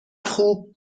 خوب